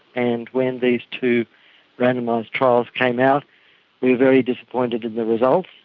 and when these two randomised trials came out we were very disappointed in the results,